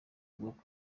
buvuga